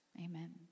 Amen